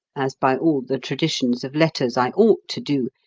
as by all the traditions of letters i ought to do,